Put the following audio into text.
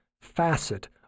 facet